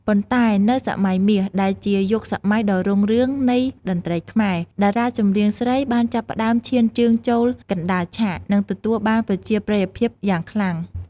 ប៉ុន្តែនៅ សម័យមាស ដែលជាយុគសម័យដ៏រុងរឿងនៃតន្ត្រីខ្មែរ តារាចម្រៀងស្រីបានចាប់ផ្ដើមឈានជើងចូលកណ្ដាលឆាក និងទទួលបានប្រជាប្រិយភាពយ៉ាងខ្លាំង។